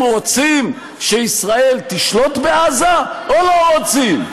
אתם רוצים שישראל תשלוט בעזה או לא רוצים?